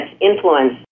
influence